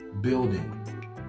building